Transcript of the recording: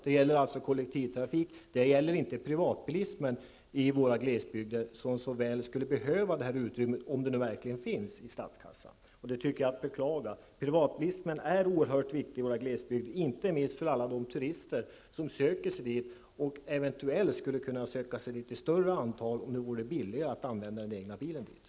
Skattelättnaderna gäller kollektiv trafik men inte privatbilismen i vår glesbygd som såväl behöver detta utrymme -- om utrymmet verkligen finns i vår statskassa. Jag tycker att detta är att beklaga. Privatbilismen är oerhört viktig i vår glesbygd, inte minst för alla de turister som söker sig till glesbygden och eventuellt skulle komma i ett större antal om det vore billigare att ta bilen dit.